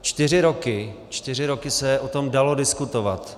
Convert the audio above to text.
Čtyři roky, čtyři roky se o tom dalo diskutovat.